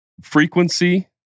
frequency